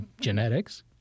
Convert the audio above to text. genetics